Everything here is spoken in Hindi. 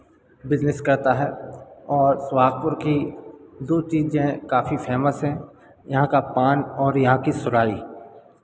बिज़नेस करता है और सोहागपुर की दो चीज़ें काफ़ी फे़मस हैं यहाँ का पान और यहाँ की सुराही